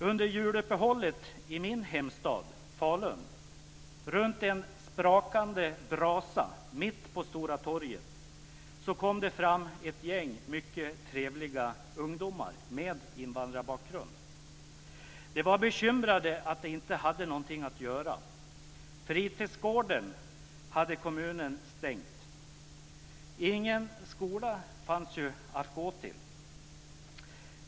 Under juluppehållet i min hemstad, Falun, vid en sprakande brasa mitt på Stora torget, kom det fram ett gäng mycket trevliga ungdomar med invandrarbakgrund. De var bekymrade över att de inte hade något att göra. Fritidsgården hade kommunen stängt. Ingen skola fanns ju att gå till.